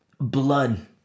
Blood